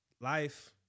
life